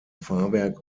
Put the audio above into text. fahrwerk